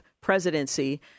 presidency